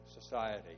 society